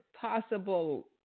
possible